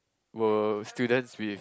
were students with